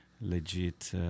legit